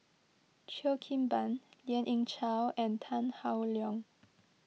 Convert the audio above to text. Cheo Kim Ban Lien Ying Chow and Tan Howe Liang